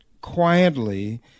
quietly